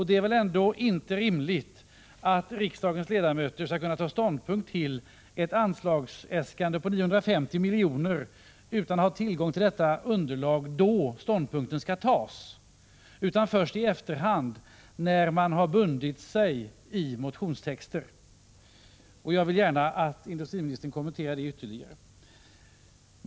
Det är väl ändå inte rimligt att riksdagens ledamöter skall ta ställning till ett anslagsäskande om 950 miljoner utan att ha tillgång till detta extra underlag, utan får del av detta först i efterhand när de bundit sig i motionstexter. Jag vill gärna att industriministern kommenterar detta ytterligare.